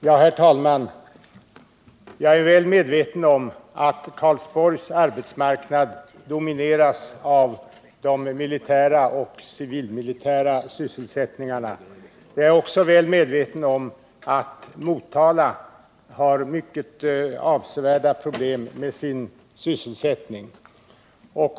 Herr talman! Jag är väl medveten om att Karlsborgs arbetsmarknad domineras av de militära och civilmilitära sysselsättningarna. Jag är också väl medveten om att Motala har mycket avsevärda problem med sin sysselsättning.